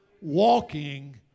Walking